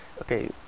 Okay